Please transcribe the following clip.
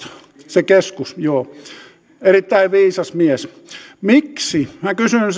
se keskus erittäin viisas mies minä kysyn